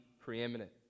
preeminent